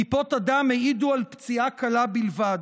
טיפות הדם העידו על פציעה קלה בלבד.